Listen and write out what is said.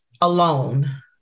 alone